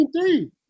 Three